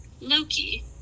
loki